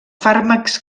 fàrmacs